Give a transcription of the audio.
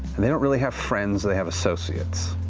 and they don't really have friends, they have associates.